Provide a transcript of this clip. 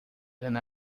than